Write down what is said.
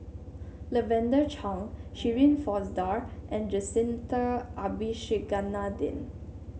Lavender Chang Shirin Fozdar and Jacintha Abisheganaden